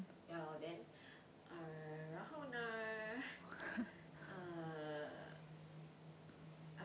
ya lor then err 然后呢 err